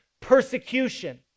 persecution